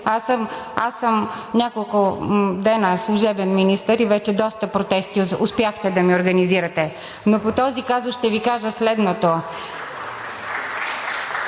Аз съм няколко дни служебен министър и вече доста протести успяхте да ми организирате. Но по този казус ще Ви кажа следното: